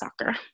soccer